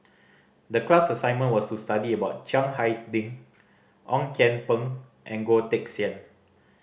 the class assignment was to study about Chiang Hai Ding Ong Kian Peng and Goh Teck Sian